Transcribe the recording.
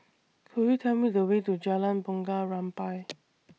Could YOU Tell Me The Way to Jalan Bunga Rampai